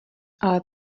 ale